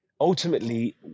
ultimately